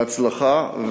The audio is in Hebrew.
בהצלחה,